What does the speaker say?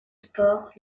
sport